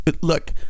look